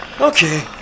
Okay